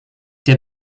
der